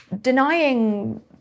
denying